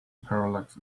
parallax